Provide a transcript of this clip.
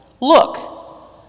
Look